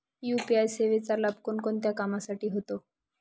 UPI सेवेचा लाभ कोणकोणत्या कामासाठी होतो?